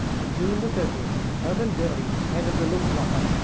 on june the thirtieth, hermann goring, head of the luftwaffe,